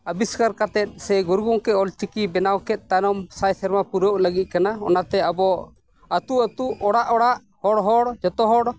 ᱟᱵᱤᱥᱠᱟᱨ ᱠᱟᱛᱮᱫ ᱥᱮ ᱜᱩᱨᱩ ᱜᱚᱢᱠᱮ ᱚᱞ ᱪᱤᱠᱤ ᱵᱮᱱᱟᱣ ᱠᱮᱫ ᱛᱟᱭᱱᱚᱢ ᱥᱟᱭ ᱥᱮᱨᱢᱟ ᱯᱩᱨᱟᱹᱣ ᱞᱟᱹᱜᱤᱫ ᱠᱟᱱᱟ ᱚᱱᱟᱛᱮ ᱟᱵᱚ ᱟᱹᱛᱩ ᱟᱹᱛᱩ ᱚᱲᱟᱜ ᱚᱲᱟᱜ ᱦᱚᱲ ᱦᱚᱲ ᱡᱚᱛᱚ ᱦᱚᱲ ᱚᱞ ᱪᱤᱠᱤ